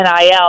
NIL